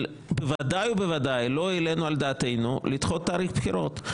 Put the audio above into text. אבל בוודאי לא העלינו על דעתנו לדחות תאריך בחירות.